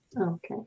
Okay